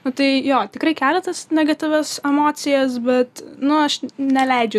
nu tai jo tikrai keletas negatyvios emocijos bet nu aš neleidžiu